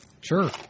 Sure